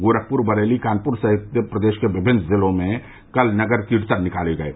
गोरखपुर बरेली कानपुर सहित प्रदेश के विभिन्न जिलों में कल नगर कीर्तन निकाले गये